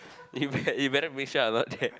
you better you better make sure I'm not there